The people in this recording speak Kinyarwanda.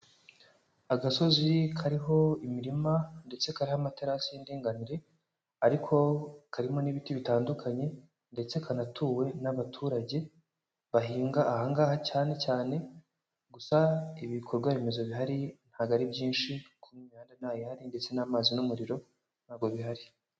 Agasozi kariho imirima ndetse kariho amatarasi y'indinganire, ariko karimo n'ibiti bitandukanye ndetse kanatuwe n'abaturage bahinga aha ngaha cyane cyane, gusa ibikorwaremezo bihari ntabwo ari byinshi kuko nk'imihanda ntayihari ndetse n'amazi n'umuriro ntabwo bihari.